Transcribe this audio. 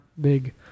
big